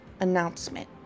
announcement